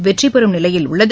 வெற்றி பெறும் நிலையில் உள்ளது